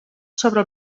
sobre